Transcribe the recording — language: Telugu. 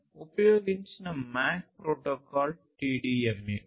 ఉపయోగించిన MAC ప్రోటోకాల్ TDMA